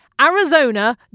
Arizona